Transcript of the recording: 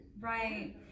Right